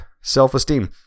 self-esteem